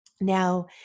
Now